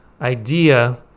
idea